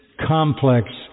complex